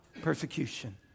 persecution